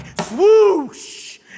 swoosh